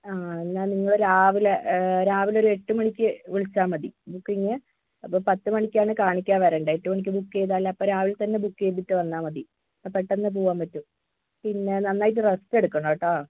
ആ എന്നാൽ നിങ്ങൾ രാവിലെ രാവിലെ ഒരു എട്ട് മണിക്ക് വിളിച്ചാൽ മതി ബുക്കിങ്ങ് പത്ത് മണിക്കാണ് കാണിക്കാൻ വരേണ്ടത് എട്ട് മണിക്ക് ബുക്ക് ചെയ്താൽ അപ്പോൾ രാവിലെ തന്നെ ബുക്ക് ചെയ്തിട്ട് വന്നാൽ മതി അപ്പോൾ പെട്ടെന്ന് പോവാൻ പറ്റും പിന്നെ നന്നായിട്ട് റസ്റ്റ് എടുക്കണം കേട്ടോ